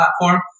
platform